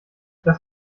das